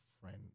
friend